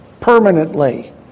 Permanently